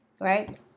Right